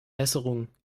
besserung